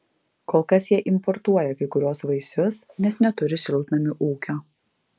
kol kas jie importuoja kai kuriuos vaisius nes neturi šiltnamių ūkio